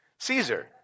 Caesar